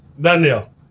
Daniel